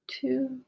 two